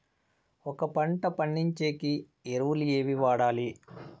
ఒక పంట పండించేకి ఎరువులు ఏవి వాడాలి?